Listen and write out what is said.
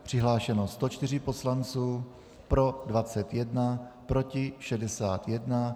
Přihlášeno 104 poslanců, pro 21, proti 61.